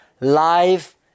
life